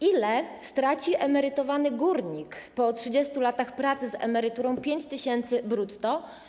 Ile straci emerytowany górnik po 30 latach pracy z emeryturą 5 tys. brutto?